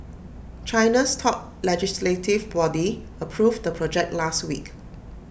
China's top legislative body approved the project last week